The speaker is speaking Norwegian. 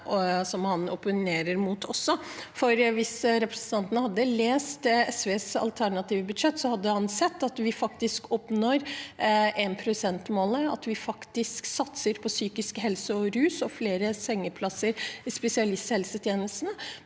som han opponerer mot. For hvis representanten hadde lest SVs alternative budsjett, hadde han sett at vi faktisk oppnår 1-prosentmålet, at vi faktisk satser på psykisk helse og rus og flere sengeplasser i spesialisthelsetjenesten.